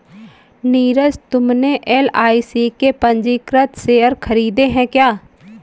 नीरज तुमने एल.आई.सी के पंजीकृत शेयर खरीदे हैं क्या?